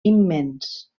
immens